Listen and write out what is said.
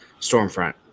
Stormfront